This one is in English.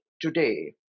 today